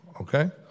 Okay